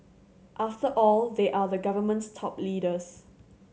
after all they are the government's top leaders